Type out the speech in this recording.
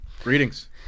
Greetings